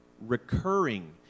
recurring